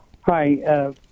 Hi